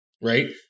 right